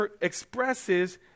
expresses